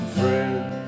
friends